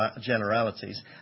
generalities